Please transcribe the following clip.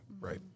right